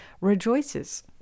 rejoices